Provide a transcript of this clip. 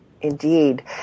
indeed